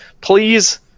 Please